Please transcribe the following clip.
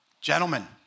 Gentlemen